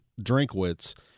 Drinkwitz